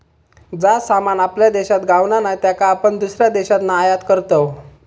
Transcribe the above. जा सामान आपल्या देशात गावणा नाय त्याका आपण दुसऱ्या देशातना आयात करतव